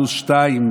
פלוס 2,